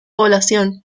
población